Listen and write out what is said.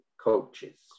coaches